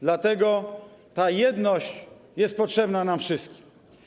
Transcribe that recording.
Dlatego ta jedność jest potrzebna nam wszystkim.